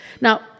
Now